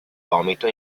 vomito